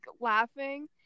laughing